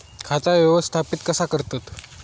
खाता व्यवस्थापित कसा करतत?